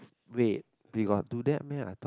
wait we got do that meh I thought